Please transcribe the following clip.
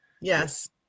yes